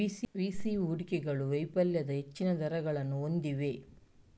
VC ಹೂಡಿಕೆಗಳು ವೈಫಲ್ಯದ ಹೆಚ್ಚಿನ ದರಗಳನ್ನು ಹೊಂದಿವೆ